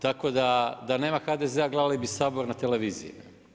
Tako da nema HDZ-a gledali bi Sabor na televiziji.